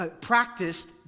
practiced